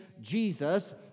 Jesus